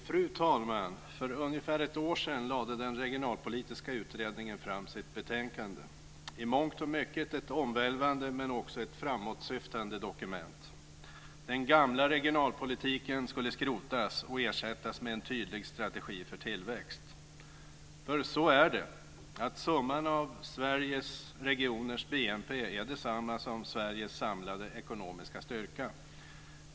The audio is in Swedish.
Fru talman! För ungefär ett år sedan lade den regionalpolitiska utredningen fram sitt betänkande, i mångt och mycket ett omvälvande, men också ett framåtsyftande dokument. Den gamla regionalpolitiken skulle skrotas och ersättas med en tydlig strategi för tillväxt. För så är det att summan av Sveriges regioners BNP är densamma som Sveriges samlade ekonomiska styrka.